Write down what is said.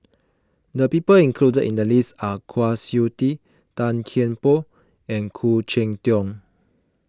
the people included in the list are Kwa Siew Tee Tan Kian Por and Khoo Cheng Tiong